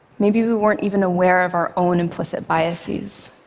maybe we weren't even aware of our own implicit biases.